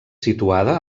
situada